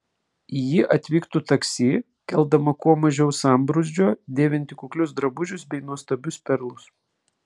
ji atvyktų taksi keldama kuo mažiau sambrūzdžio dėvinti kuklius drabužius bei nuostabius perlus